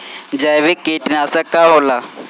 जैविक कीटनाशक का होला?